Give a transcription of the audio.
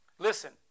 Listen